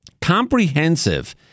comprehensive